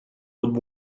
would